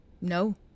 No